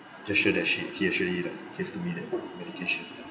gesture that she he actually like gave to me that medication